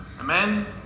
amen